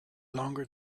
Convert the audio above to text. longer